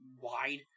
wide